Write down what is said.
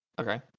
Okay